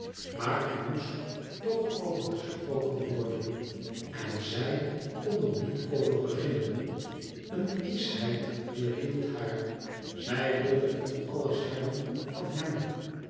maar er moest toch over gesproken worden en zij kon er niet over beginnen een kieschheid weerhield haar zij wilde het aues hebben van hem